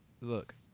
look